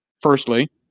firstly